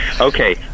okay